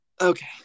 Okay